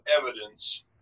evidence